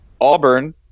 Auburn